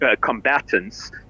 combatants